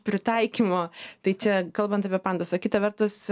pritaikymo tai čia kalbant apie pandusą kita vertus